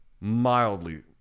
mildly